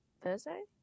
Thursday